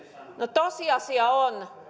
tosiasia on